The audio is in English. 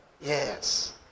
Yes